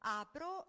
apro